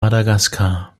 madagaskar